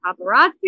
paparazzi